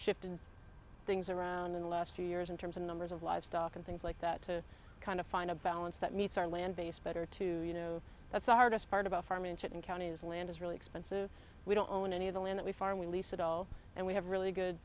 shifted things around in the last few years in terms of numbers of livestock and things like that to kind of find a balance that meets our land base better to you know that's the hardest part about farming shit in counties land is really expensive we don't own any of the land that we farm we lease it all and we have really good